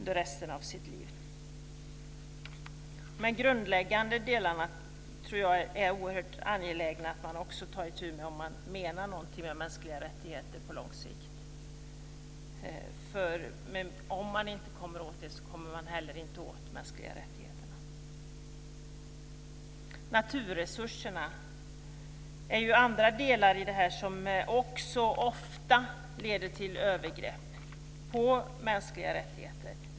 De här grundläggande delarna tror jag att det är oerhört angeläget att man också tar itu med om man menar någonting med mänskliga rättigheter på lång sikt. Om man inte kommer åt det kommer man inte heller åt de mänskliga rättigheterna. Naturresurserna är andra delar i detta som också ofta leder till övergrepp på mänskliga rättigheter.